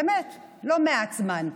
באמת, לא מעט זמן.